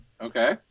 Okay